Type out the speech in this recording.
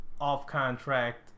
off-contract